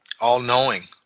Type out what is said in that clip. all-knowing